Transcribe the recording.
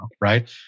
Right